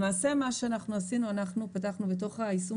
מה שאנחנו עשינו הוא שפתחנו בתוך היישום